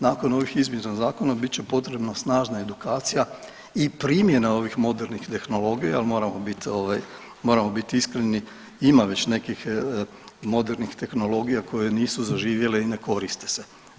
Nakon ovih izmjena zakona bit će potrebna snažna edukacija i primjena ovih modernih tehnologija jer moramo biti iskreni ima već nekih modernih tehnologija koje nisu zaživjele i ne koriste se.